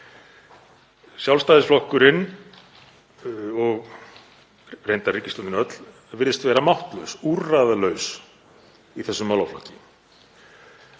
Sjálfstæðisflokkurinn og reyndar ríkisstjórnin öll virðist vera máttlaus, úrræðalaus í þessum málaflokki.